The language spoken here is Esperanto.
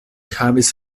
havis